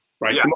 right